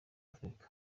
africa